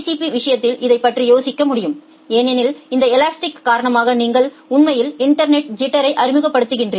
B விஷயத்தில் இதைப் பற்றி யோசிக்க முடியும் ஏனெனில் இந்த எலாஸ்டிக் காரணமாக நீங்கள் உண்மையில் இன்டர்நெட்டில் ஐிட்டரை அறிமுகப்படுத்துகிறீர்கள்